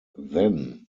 then